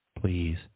please